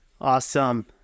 Awesome